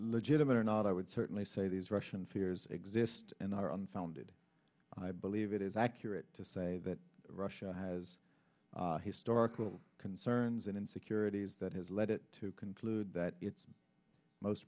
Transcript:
legitimate or not i would certainly say these russian figures exist and are unfounded i believe it is accurate to say that russia has historical concerns and insecurities that has led it to conclude that its most